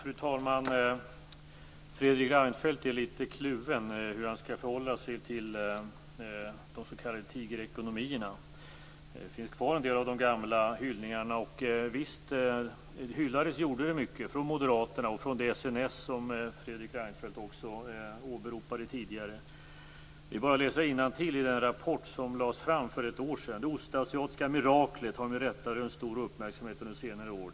Fru talman! Fredrik Reinfeldt är litet kluven till hur han skall förhålla sig till de s.k. tigerekonomierna. Kvar finns en del av de gamla hyllningarna, och, visst, hyllades gjorde det mycket från moderaterna och från det SNS som Fredrik Reinfeldt också åberopade tidigare. Det är bara att läsa innantill i er rapport som lades fram för ett år sedan: "Det ostasiatiska miraklet har med rätta rönt stor uppmärksamhet under senare år.